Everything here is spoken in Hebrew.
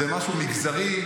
זה משהו מגזרי,